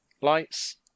Lights